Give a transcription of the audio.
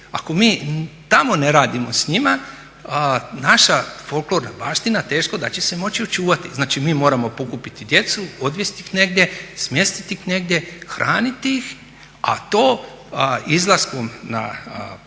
Ako mi tamo ne radimo s njima naša folklorna baština teško da će se moći očuvati. Znači, mi moramo pokupiti djecu, odvesti ih negdje, smjestiti ih negdje, hraniti ih a to izlaskom na tržište